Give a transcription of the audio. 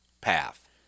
path